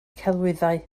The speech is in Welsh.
celwyddau